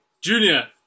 Junior